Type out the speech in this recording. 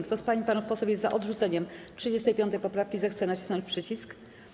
Kto z pań i panów posłów jest za odrzuceniem 35. poprawki, zechce nacisnąć przycisk.